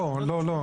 לא, לא.